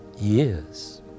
years